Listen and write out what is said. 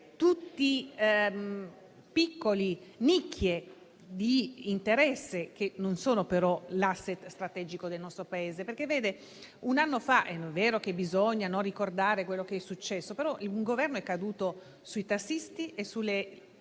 piccole nicchie di interesse che non sono però l'*asset* strategico del nostro Paese. Un anno fa - è vero che bisogna ricordare quello che è successo - un Governo è caduto sui tassisti e sulle